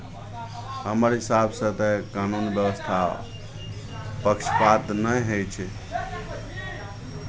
हमर हिसाबसँ तऽ कानून व्यवस्था पक्षपात नहि होइ छै